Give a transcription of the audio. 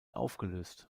aufgelöst